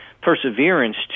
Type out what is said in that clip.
perseverance